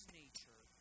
nature